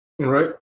Right